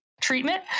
treatment